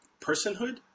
personhood